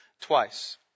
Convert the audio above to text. twice